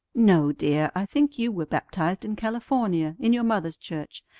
no, dear, i think you were baptized in california in your mother's church,